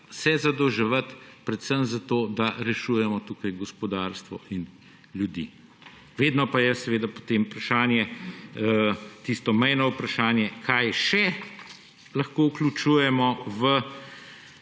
zadolževati, predvsem zato da rešujemo tukaj gospodarstvo in ljudi. Vedno pa je seveda potem tisto mejno vprašanje, kaj še lahko vključujemo v